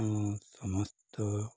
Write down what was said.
ଆଉ ସମସ୍ତ